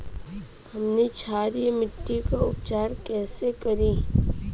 हमनी क्षारीय मिट्टी क उपचार कइसे करी?